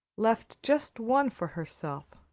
left just one for herself,